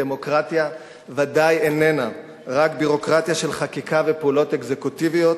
דמוקרטיה ודאי איננה רק ביורוקרטיה של חקיקה ופעולות אקזקוטיביות,